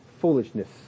foolishness